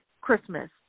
Christmas